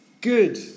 good